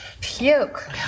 Puke